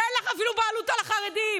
ואין לך אפילו בעלות על החרדים.